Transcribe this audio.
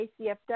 ACFW